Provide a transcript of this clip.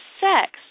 sex